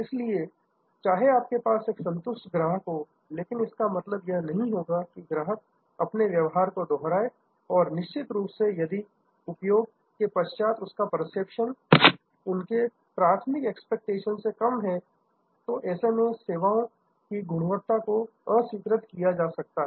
इसलिए चाहे आपके पास एक संतुष्ट ग्राहक हो लेकिन इसका मतलब यह नहीं होगा कि ग्राहक अपने व्यवहार को दोहराएं और निश्चित रूप से यदि उपयोग के पश्चात उनका परसेप्शन उनके प्राथमिक एक्सपेक्टेशन से कम हो तो ऐसे में सेवा की गुणवत्ता को अस्वीकृत किया जा सकता है